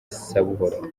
sabuhoro